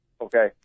okay